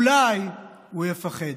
אולי, הוא יפחד.